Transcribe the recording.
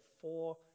four